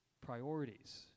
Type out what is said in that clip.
priorities